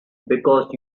because